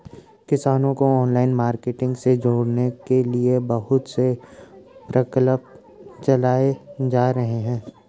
किसानों को online marketing से जोड़ने के लिए बहुत से प्रकल्प चलाए जा रहे हैं